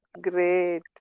Great